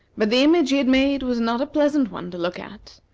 but the image he had made was not a pleasant one to look at.